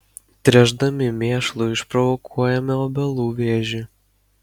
tręšdami mėšlu išprovokuojame obelų vėžį